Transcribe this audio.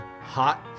hot